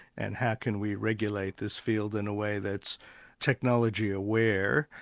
and how can we regulate this field in a way that's technology aware,